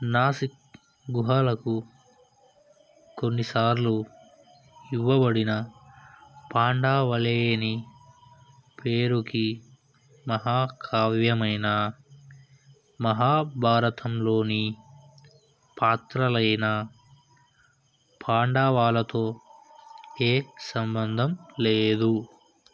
నాసిక్ గుహాలకు కొన్నిసార్లు ఇవ్వబడిన పాండావలేని పేరుకి మహాకావ్యమైన మహాభారతంలోని పాత్రలైన పాండావాలతో ఏ సంబంధం లేదు